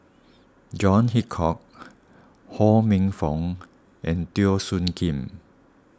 John Hitchcock Ho Minfong and Teo Soon Kim